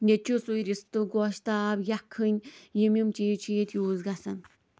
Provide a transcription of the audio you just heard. ییٚتہِ چھُ سُے رِستہٕ گۄشتاب یکھٕنۍ یِم یِم چیٖز چھِ ییٚتہِ یوٗز گژھان